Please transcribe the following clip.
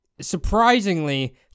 surprisingly